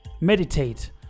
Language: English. meditate